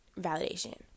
validation